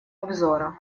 обзора